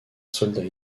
soldat